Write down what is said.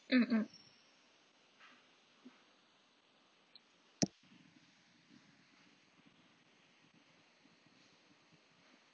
mm mm